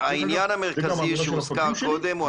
זו גם אמירה של המפקדים שלי,